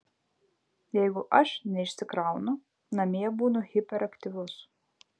jeigu aš neišsikraunu namie būnu hiperaktyvus